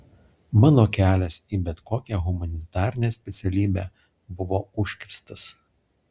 mano kelias į bet kokią humanitarinę specialybę buvo užkirstas